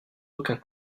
aucun